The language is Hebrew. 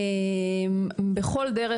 בכל דרך,